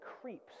creeps